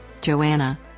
Joanna